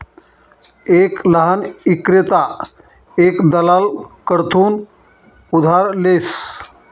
एक लहान ईक्रेता एक दलाल कडथून उधार लेस